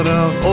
out